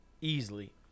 easily